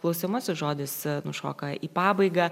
klausiamasis žodis nušoka į pabaigą